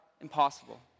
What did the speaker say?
impossible